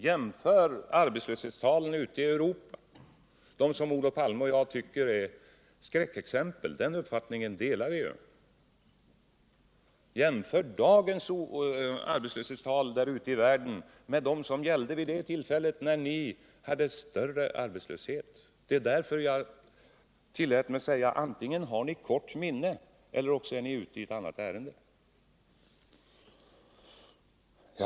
Jämför med arbetslöshetstalen ute i Europa, vilka Olof Palme och jag anser vara skräckexempel, för den uppfattningen delar vi ju. Jämför dagens arbetslöshetstal ute i världen med dem som gällde vid det tillfälle när ni hade större arbetslöshet. Det var därför jag tillät mig säga att ni antingen har ett kort minne eller är ute i ett annat ärende.